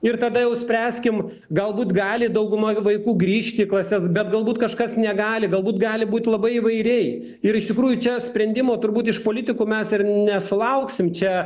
ir tada jau spręskime galbūt gali dauguma vaikų grįžti į klases bet galbūt kažkas negali galbūt gali būti labai įvairiai ir iš tikrųjų čia sprendimo turbūt iš politikų mes ir nesulauksim čia